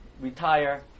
retire